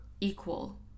equal